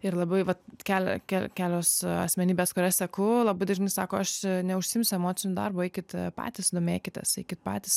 ir labai vat kelia keli kelios asmenybės kurias seku labai dažnai sako aš neužsiimsiu emociniu darbu eikit patys domėkitės eikit patys